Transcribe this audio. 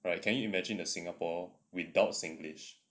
right can you imagine the singapore without singlish